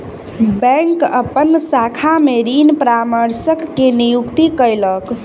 bank अपन शाखा में ऋण परामर्शक के नियुक्ति कयलक